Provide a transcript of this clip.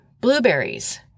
blueberries